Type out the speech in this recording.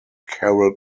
carroll